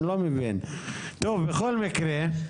בכל מקרה,